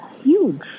huge